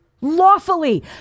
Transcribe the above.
lawfully